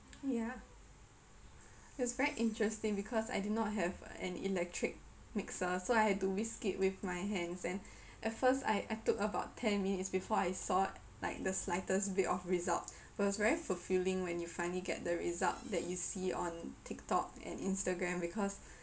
yeah it was very interesting because I do not have an electric mixer so I had to whisk it with my hands and at first I I took about ten minutes before I saw like the slightest bit of result it was very fulfilling when you finally get the result that you see on tiktok and instagram because